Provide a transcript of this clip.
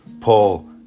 Paul